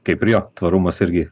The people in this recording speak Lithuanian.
kaip ir jo tvarumas irgi